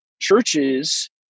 churches